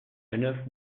oeuf